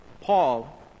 Paul